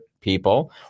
people